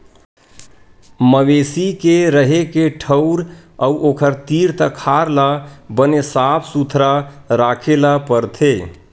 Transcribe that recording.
मवेशी के रेहे के ठउर अउ ओखर तीर तखार ल बने साफ सुथरा राखे ल परथे